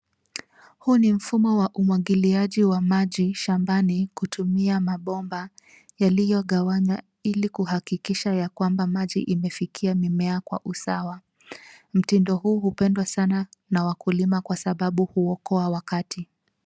Huu ni mfumo wa umwagiliaji wa maji shambani, kutumia mabomba, yaliyogawanywa ili kuhakikisha ya kwamba maji imefikia mimea kwa usawa. Mtindo huu hupendwa sana na wakulima kwa sababu huokoa wakati.